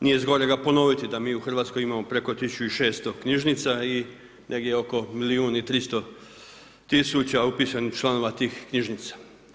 Nije zgorega ponoviti da mi u Hrvatskoj imamo preko 1600 knjižnica i negdje oko milijun i 300 tisuća upisanih članova tih knjižnica.